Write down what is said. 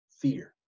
fear